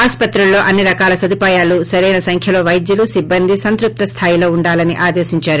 ఆస్పత్రుల్లో అన్ని రకాల సదుపాయాలు సరైన సంఖ్యలో వైద్యులు సిబ్బంది సంతృప్తి స్లాయిలో ఉండాలని ఆదేశించారు